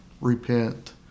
repent